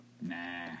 nah